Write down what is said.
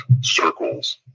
circles